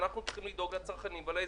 ואנחנו צריכים לדאוג לצרכנים ולאזרחים,